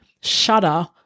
shudder